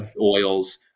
oils